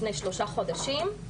לפני שלושה חודשים,